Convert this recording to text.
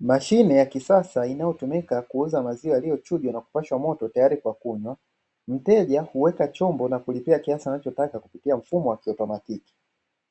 Mashine ya kisasa, inayotumika kuuza maziwa yaliyochujwa na kupashwa moto tayari kwa kunywa. Mteja huweka chombo na kulipia kiasi anachotaka kwa mfumo wa kiautomatiki.